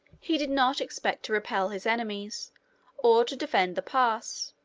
he did not expect to repel his enemies or to defend the pass.